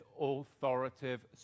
authoritative